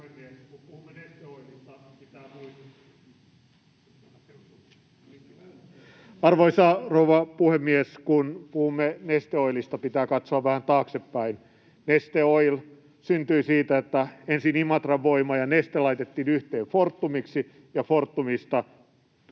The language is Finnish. Arvoisa rouva puhemies! Kun puhumme Neste Oilista, pitää katsoa vähän taaksepäin. Neste Oil syntyi siitä, että ensin Imatran Voima ja Neste laitettiin yhteen Fortumiksi ja Fortumista